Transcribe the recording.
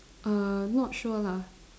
err not sure lah